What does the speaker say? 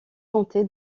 tenté